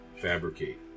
fabricate